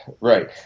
Right